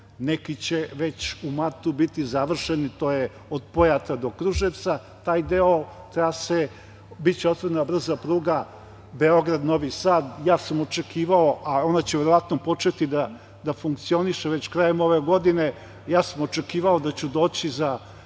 Neki će već u martu biti završeni, a to je od Pojata do Kruševca, taj deo trase. Biće otvorena brza pruga Beograd – Novi Sad, ja sam očekivao, a ona će verovatno početi da funkcioniše već krajem ove godine, ja sam očekivao da ću doći za